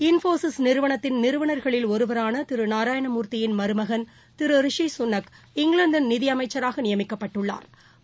இப்ம்போஷிஸ் நிறுவனத்தின் நிறுவனா்களில் ஒருவரான திரு நாராணயமூர்த்தியின் மருமகன் திரு ரிஷிகணக் இங்கிலாந்தின் நிதி அமைச்சராக நியமிக்கப்பட்டுள்ளாா்